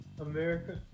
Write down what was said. America